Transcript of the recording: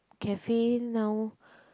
cafe now